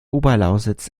oberlausitz